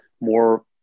more